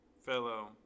fellow